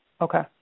Okay